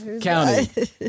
County